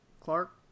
Clark